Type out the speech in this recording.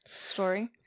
story